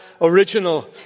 original